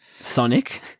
Sonic